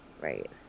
Right